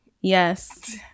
Yes